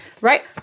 right